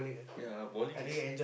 yea bowling is